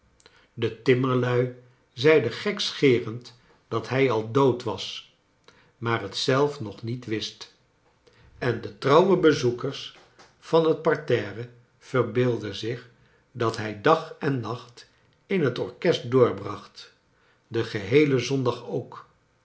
de timmerlni zeiden gekscherend dat hij al dood was maar het zelf nog niet wist en de trouwe bezoekers van het parterre verbeeldden zich dat hij dag en nacht in het orkest doorbracht den geheelen zondag ook